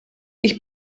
ich